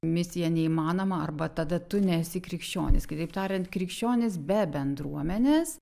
misija neįmanoma arba tada tu nesi krikščionis kitaip tariant krikščionis be bendruomenės